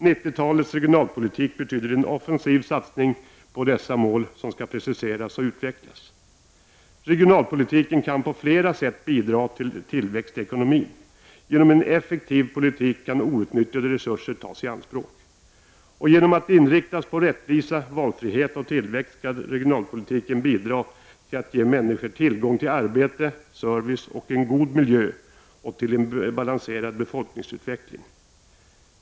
”Regionalpolitik för 90-talet” betyder en offensiv satsning på dessa mål, som skall preciseras och utvecklas. Regionalpolitiken kan på flera sätt bidra till tillväxt i ekonomin. Genom en effektiv politik kan outnyttjade resurser tas i anspråk. Genom att inriktas på rättvisa, valfrihet och tillväxt skall regionalpolitiken bidra till att ge människor tillgång till arbete, service och god miljö och till en balanserad befolkningsutveckling.